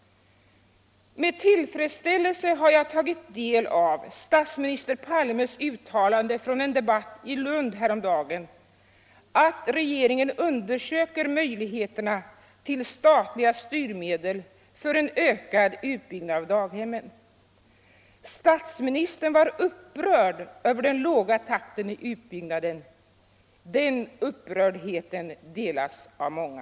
Med tillfredsställelse har jag tagit del av statsminister Palmes uttalande i en debatt i Lund häromdagen, att regeringen undersöker möjligheterna till statliga styrmedel för en ökad utbyggnad av daghemmen. Statsministern var upp rörd över den låga takten i utbyggnaden. Den upprördheten delas av många.